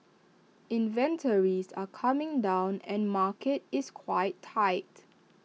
inventories are coming down and market is quite tight